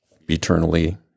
eternally